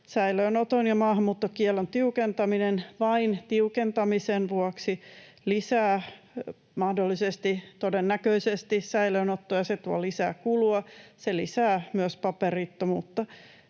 Säilöönoton ja maahanmuuttokiellon tiukentaminen vain tiukentamisen vuoksi lisää mahdollisesti, todennäköisesti säilöönottoja. Se tuo lisää kulua, se lisää myös paperittomuutta,